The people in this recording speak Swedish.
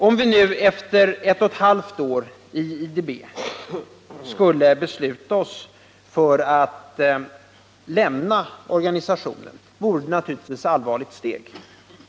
Om vi nu efter ett och halvt år i IDB skulle besluta oss för att lämna organisationen, vore det ett allvarligt steg.